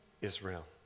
Israel